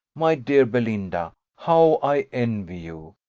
my dear belinda, how i envy you!